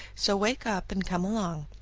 so wake up and come along.